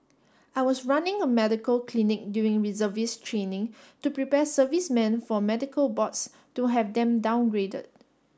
I was running a medical clinic during reservist training to prepare servicemen for medical boards to have them downgraded